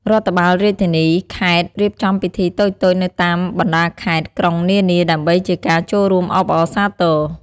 រដ្ឋបាលរាជធានី-ខេត្ត រៀបចំពិធីតូចៗនៅតាមបណ្ដាខេត្ត-ក្រុងនានា ដើម្បីជាការចូលរួមអបអរសារទរ។